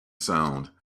sound